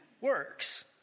works